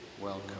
Welcome